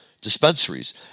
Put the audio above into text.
dispensaries